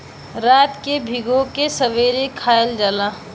रात के भिगो के सबेरे खायल जाला